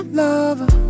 lover